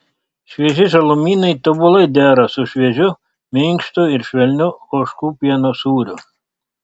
švieži žalumynai tobulai dera su šviežiu minkštu ir švelniu ožkų pieno sūriu